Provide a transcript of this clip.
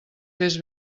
fes